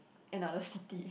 another city